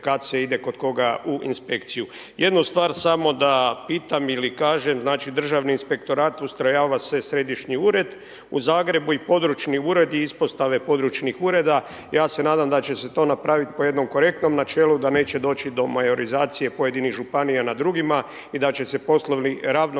kad se ide kod koga u inspekciju. Jednu stvar samo da pitam ili kažem znači Državni inspektora ustrojava se središnji ured u Zagrebu i područni uredi ispostave područnih ureda, ja se nadam da će se to napravit po jednom korektnom načelu da neće doći do majorizacije pojedinih županija nad drugima i da će se poslovi ravnomjerno